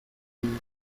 lived